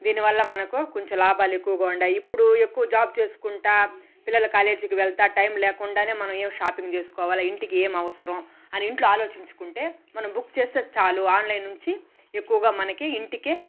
దీని వల్ల మనకు కొంచం లాభాలు ఎక్కువుగా ఉండాయి ఇప్పుడు ఎక్కువ జాబ్ చేసుకుంటా పిల్లల కాలేజీకి వెళ్తా టైమ్ లేకుండానే మనం ఏం షాపింగ్ చేసుకోవాలే ఇంటికి ఏం అవసరం అని ఇంట్లో ఆలోచించుకుంటే మనం బుక్ చేస్తే చాలు ఆన్లైన్ నుంచి ఎక్కువగా మనకి ఇంటికే